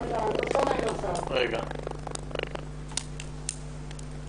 כל מה שאנחנו מביאות איתנו הוא שצריך לעמוד במבחן התפקיד המיועד.